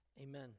amen